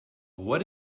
what